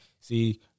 see